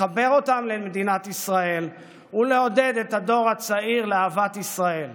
לחבר אותן למדינת ישראל ולעודד את הדור הצעיר לאהבת ישראל.